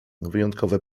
wyjątkowe